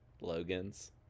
Logan's